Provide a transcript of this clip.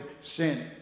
sin